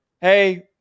Hey